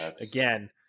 again